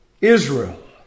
Israel